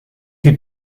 die